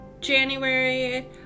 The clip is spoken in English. January